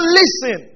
listen